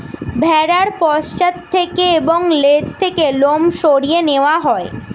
ভেড়ার পশ্চাৎ থেকে এবং লেজ থেকে লোম সরিয়ে নেওয়া হয়